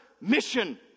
mission